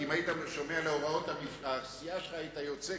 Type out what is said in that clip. כי אם היית שומע להוראות הסיעה שלך היית יוצא,